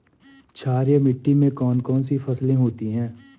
क्षारीय मिट्टी में कौन कौन सी फसलें होती हैं?